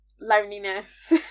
loneliness